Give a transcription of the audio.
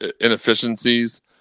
inefficiencies